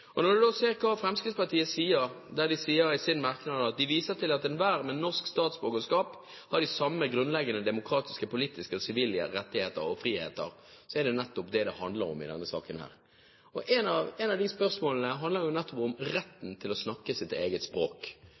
har. Når man da ser hva Fremskrittspartiet sier, at «enhver med norsk statsborgerskap har de samme grunnleggende demokratiske, politiske og sivile rettigheter og friheter», er det nettopp det det handler om i denne saken. Ett av disse spørsmålene handler om retten til å snakke sitt eget språk,